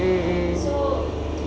so